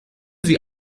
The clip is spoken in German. sie